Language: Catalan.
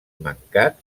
mancat